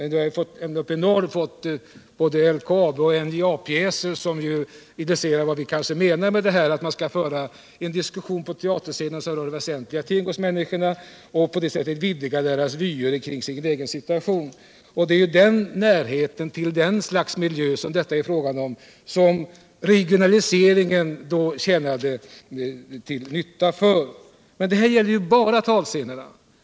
Nu har vi uppe i Norrland fått både LKAB och NJA-pjäser, som visar vad vi menar med att man på teaterscenerna skall föra en diskussion, som rör för människorna väsentliga ting och på det sättet vidgar deras vyer kring deras egen situation. Regionaliseringen har varit till nytta för närheten till den sorts miljö som det här är fråga om. Detta har emellertid ingenting att göra med den lyriska teatern utan gäller bara talscenerna.